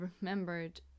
remembered